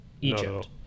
Egypt